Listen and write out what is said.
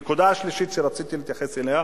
הנקודה השלישית שרציתי להתייחס אליה,